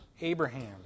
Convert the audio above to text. Abraham